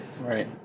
Right